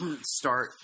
start